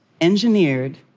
engineered